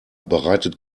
bereitet